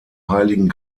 heiligen